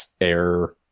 air